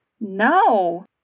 No